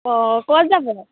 অঁ ক'ত যাব